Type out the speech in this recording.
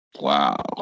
Wow